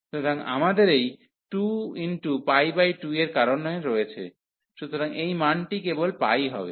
সুতরাং আমাদের এই 22 এর কারণে রয়েছে সুতরাং এই মানটি কেবল π হবে